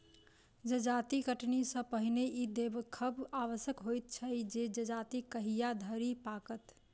जजाति कटनी सॅ पहिने ई देखब आवश्यक होइत छै जे जजाति कहिया धरि पाकत